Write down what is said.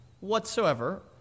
whatsoever